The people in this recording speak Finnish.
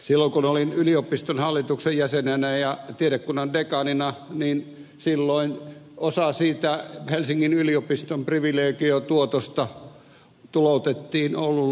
silloin kun olin yliopiston hallituksen jäsenenä ja tiedekunnan dekaanina niin silloin osa siitä helsingin yliopiston privilegion tuotosta tuloutettiin oulun yliopistolle